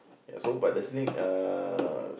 ya so but the snake uh